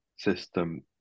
system